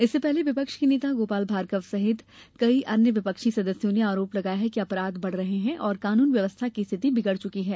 इससे पहले विपक्ष के नेता गोपाल भार्गव सहित कई अन्य विपक्षी सदस्यों ने आरोप लगाया है कि अपराध बढ़ रहे हैं और कानून व्यवस्था की स्थिति बिगड़ चुकी है